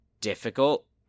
difficult